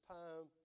time